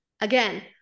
Again